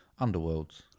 Underworlds